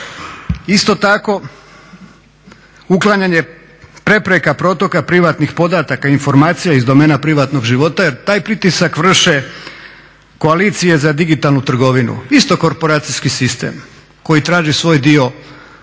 Isto tako uklanjanje prepreka protoka privatnih podataka, informacija iz domena privatnog života, jer taj pritisak vrše koalicije za digitalnu trgovinu. Isto korporacijski sistem koji traži svoj dio kolača